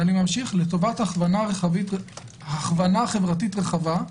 ואני ממשיך לטובת הכוונה חברתית רחבה,